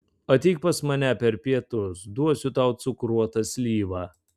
ateik pas mane per pietus duosiu tau cukruotą slyvą